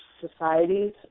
societies